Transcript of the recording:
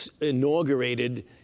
inaugurated